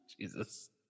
Jesus